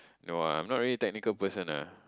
no ah I'm not really a technical person ah